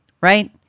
right